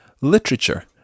Literature